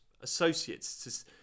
associates